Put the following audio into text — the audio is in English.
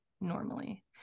normally